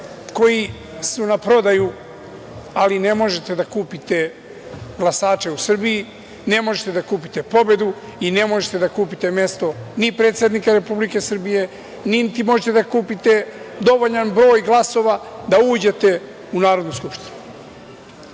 koji su na prodaju, ali ne možete da kupite glasače u Srbiji, ne možete da kupite pobedu i ne možete da kupite mesto ni predsednika Republike Srbije, niti možete da kupite dovoljan broj glasova da uđete u Narodnu skupštinu. Ono